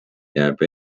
jääb